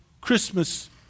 Christmas